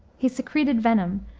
he secreted venom,